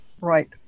Right